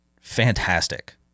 fantastic